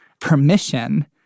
permission